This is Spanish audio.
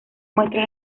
muestra